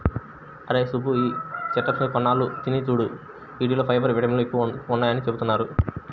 అరేయ్ సుబ్బు, ఈ చెస్ట్నట్స్ ని కొన్నాళ్ళు తిని చూడురా, యీటిల్లో ఫైబర్, విటమిన్లు ఎక్కువని చెబుతున్నారు